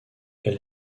elle